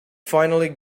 finally